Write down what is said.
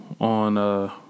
on